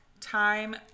time